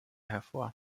hervor